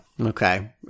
Okay